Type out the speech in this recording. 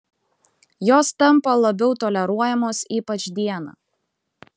jos tampa labiau toleruojamos ypač dieną